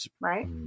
Right